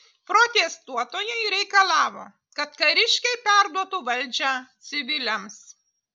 protestuotojai reikalavo kad kariškiai perduotų valdžią civiliams